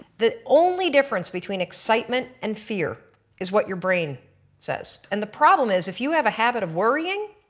the only difference between excitement and fear is what your brain says and the problem is if you have a habit of worrying,